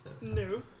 No